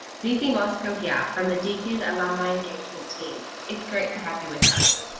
zeecee moskow here from the deakin alumni engagement team. it's great to have you with us.